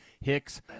Hicks